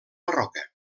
barroca